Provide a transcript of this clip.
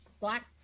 black